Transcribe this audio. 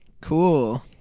Cool